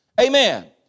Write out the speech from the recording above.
Amen